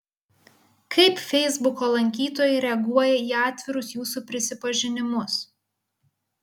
kaip feisbuko lankytojai reaguoja į atvirus jūsų prisipažinimus